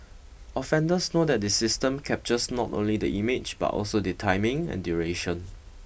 offenders know that the system captures not only the image but also the timing and duration